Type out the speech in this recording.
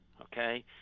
okay